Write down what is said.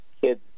kids